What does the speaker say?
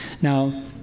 Now